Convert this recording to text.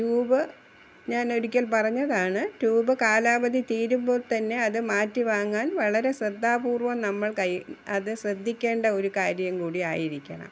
tube ഞാനൊരിക്കൽ പറഞ്ഞതാണ് tube കാലാവധി തീരുമ്പോൾ തന്നെ അത് മാറ്റിവാങ്ങാൻ വളരെ ശ്രദ്ധാപൂർവം നമ്മൾ കൈ അത് ശ്രദ്ധിക്കേണ്ട ഒരു കാര്യംകൂടി ആയിരിക്കണം